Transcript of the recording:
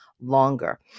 longer